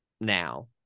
now